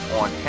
on